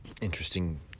interesting